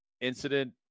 incident